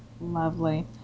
Lovely